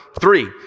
three